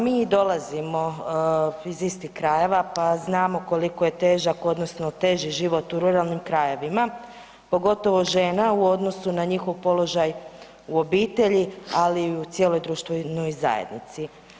Mi dolazimo iz istih krajeva pa znamo koliko je težak odnosno teži život u ruralnim krajevima, pogotovo žena u odnosu na njihov položaj u obitelji, ali i u cijeloj društvenoj zajednici.